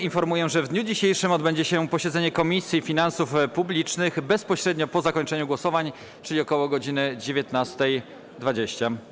Informuję, że w dniu dzisiejszym odbędzie się posiedzenie Komisji Finansów Publicznych - bezpośrednio po zakończeniu głosowań, czyli ok. godz. 19.20.